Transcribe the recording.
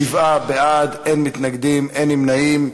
שבעה בעד, אין מתנגדים, אין נמנעים.